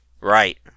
Right